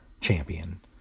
champion